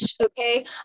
okay